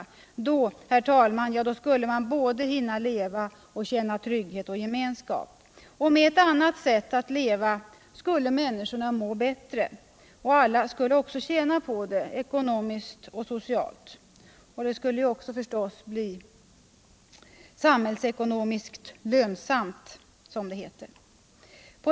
Då, herr talman, skulle man hinna att både leva och känna trygghet och gemenskap! Med ett annat sätt att leva skulle människorna också må bättre och alla skulle tjäna på det, både ekonomiskt och socialt. Och det skulle förstås också bli samhällsekonomiskt lönsamt, som det heter.